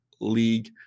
league